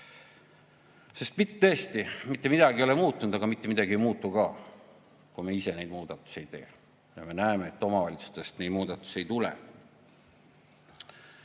Sest tõesti, mitte midagi ei ole muutunud, aga mitte midagi ei muutu ka, kui me ise neid muudatusi ei tee. Me näeme, et omavalitsustest neid muudatusi ei tule.